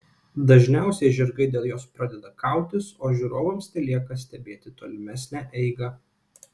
dažniausiai žirgai dėl jos pradeda kautis o žiūrovams telieka stebėti tolimesnę eigą